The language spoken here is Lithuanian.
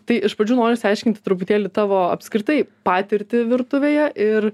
tai iš pradžių noriu išaiškinti truputėlį tavo apskritai patirtį virtuvėje ir